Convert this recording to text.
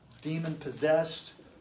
demon-possessed